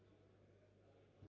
Дякую.